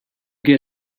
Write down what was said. get